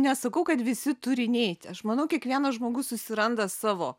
nesakau kad visi turi neiti aš manau kiekvienas žmogus susiranda savo